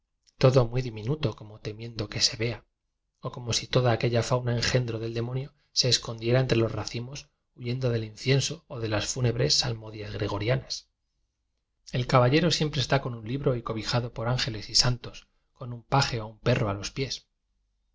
todo tnuy diminuto como temiendo que se vea ó como si toda aquella fauna engendro del demonio se escondiera entre los racimos huyendo del incienso o de las fúnebres sal modias gregorianas el caballero siempre está con un libro y cobijado por ángeles y santos con un paje o un perro a los pies